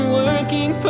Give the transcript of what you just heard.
working